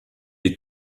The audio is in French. est